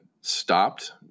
stopped